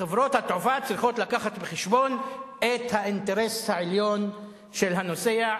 חברות התעופה צריכות להביא בחשבון את האינטרס העליון של הנוסע.